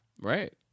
Right